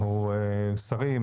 אנחנו שרים,